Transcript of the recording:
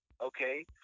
Okay